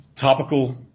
topical